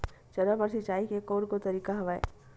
चना बर सिंचाई के कोन कोन तरीका हवय?